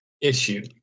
issue